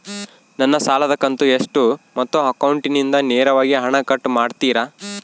ನನ್ನ ಸಾಲದ ಕಂತು ಎಷ್ಟು ಮತ್ತು ಅಕೌಂಟಿಂದ ನೇರವಾಗಿ ಹಣ ಕಟ್ ಮಾಡ್ತಿರಾ?